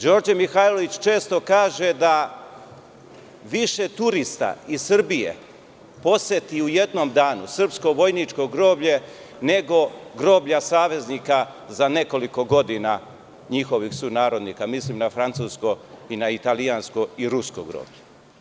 Đorđe Mihajlović često kaže da više turista iz Srbije poseti u jednom danu srpsko vojničko groblje nego groblja saveznika za nekoliko godina njihovih sunarodnika, a mislim na francusko, italijansko i rusko groblje.